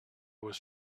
was